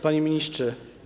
Panie Ministrze!